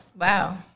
Wow